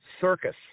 circus